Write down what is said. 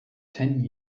ten